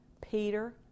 Peter